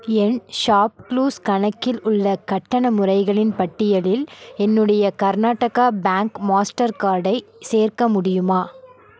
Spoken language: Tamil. என் ஷாப்க்ளூஸ் கணக்கில் உள்ள கட்டண முறைகளின் பட்டியலில் என்னுடைய கர்நாடகா பேங்க் மாஸ்டர் கார்டை சேர்க்க முடியுமா